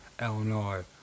Illinois